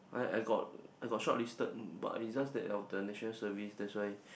I I got I got shortlisted but it's just that of the National Service that's why